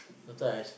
no choice